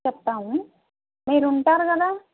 చెప్తాము మీరు ఉంటారు కదా